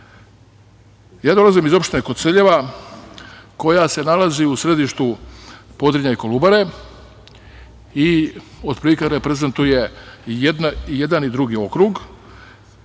dolazim iz opštine Koceljeva, koja se nalazi u središtu Podrinja i Kolubare i, otprilike, reprezentuje i jedan i drugi okrug,